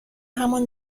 همان